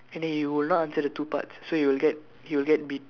and then he will not answer the two parts so he will get he will get beat